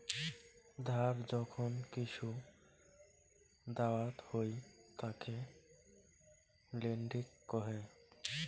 ধার যখন কিসু দাওয়াত হই তাকে লেন্ডিং কহে